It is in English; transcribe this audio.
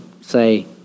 say